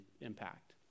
impact